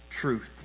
truth